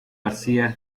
garcía